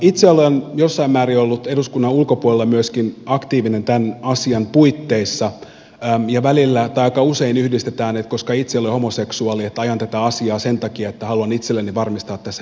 itse olen jossain määrin ollut myöskin eduskunnan ulkopuolella aktiivinen tämän asian puitteissa ja välillä tai aika usein yhdistetään niin että koska itse olen homoseksuaali ajan tätä asiaa sen takia että haluan itselleni varmistaa tässä perheen saannin